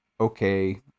okay